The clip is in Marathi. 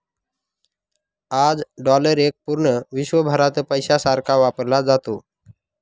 आज डॉलर एक पूर्ण विश्वभरात पैशासारखा वापरला जातो